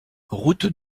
route